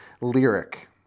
lyric